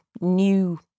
new